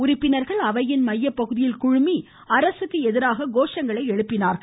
உறுப்பினர்கள் அவையின் மையப்பகுதிகளில் குழுமி அரசுக்கு எதிராக கோஷங்களை எழுப்பினார்கள்